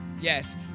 Yes